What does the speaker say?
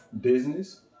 business